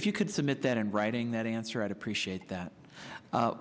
if you could submit that in writing that answer i'd appreciate that